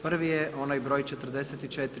Prvi je onaj broj 44.